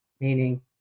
meaning